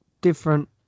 different